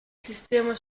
sistema